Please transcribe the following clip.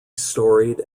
storied